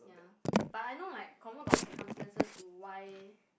yeah but I know like confirm got circumstances to why